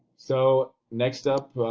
so, next up,